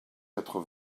quatre